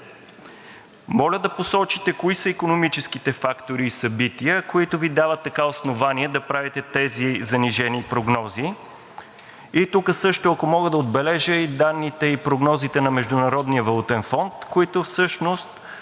Моля да посочите кои са икономическите фактори и събития, които Ви дават основание да правите тези занижени прогнози? И тук също, ако мога да отбележа данните и прогнозите на Международния валутен фонд, които всъщност